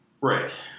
right